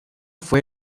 fue